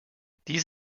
dies